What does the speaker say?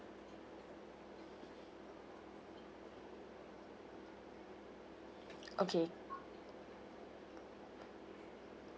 okay